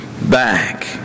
back